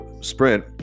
sprint